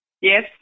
yes